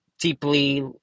deeply